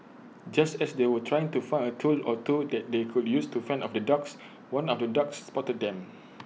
just as they were trying to find A tool or two that they could use to fend off the dogs one of the dogs spotted them